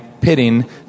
pitting